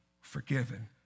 forgiven